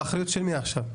באחריות של מי היא עכשיו?